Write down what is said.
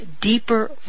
deeper